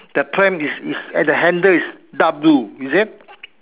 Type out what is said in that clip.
the pram is is at the handle is dark blue is it